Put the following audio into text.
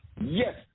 Yes